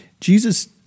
Jesus